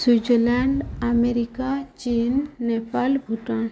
Switzerland America ଚୀନ ନେପାଳ ଭୁଟାନ